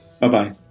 Bye-bye